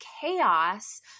chaos